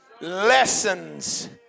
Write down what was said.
Lessons